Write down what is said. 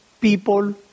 people